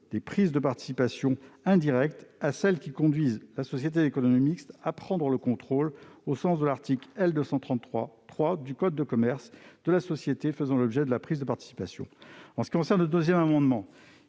des prises de participation indirectes à celles qui conduisent la SEM à prendre le contrôle, au sens de l'article L. 233-3 du code de commerce, de la société faisant l'objet de la prise de participation. Pour ce qui concerne l'amendement